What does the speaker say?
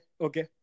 okay